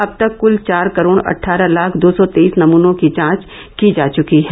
अब तक कुल चार करोड़ अट्ठारह लाख दो सौ तेईस नमूनों की जांच की जा चुकी है